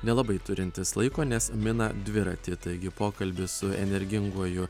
nelabai turintis laiko nes mina dviratį taigi pokalbis su energinguoju